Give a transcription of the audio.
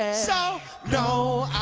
ah so no,